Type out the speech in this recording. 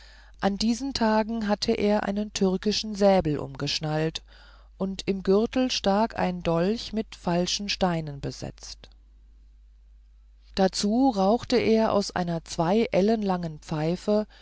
an diesen tagen hatte er einen türkischen säbel umgeschnallt und im gürtel stak ein dolch mit falschen steinen besetzt dazu rauchte er aus einer zwei ellen langen pfeife